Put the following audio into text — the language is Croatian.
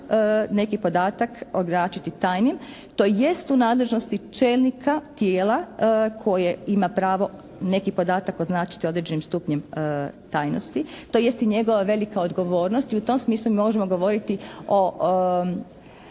neki podatak označiti tajnim tj. u nadležnosti čelnika tijela koje ima prava neki podatak označiti određenim stupnjem tajnosti tj. i njegova velika odgovornost. I u tom smislu mi možemo govoriti o